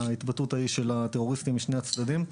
בהתבטאות ההיא "טרוריסטים משני הצדדים".